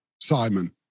Simon